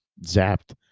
zapped